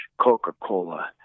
Coca-Cola